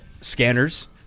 Scanners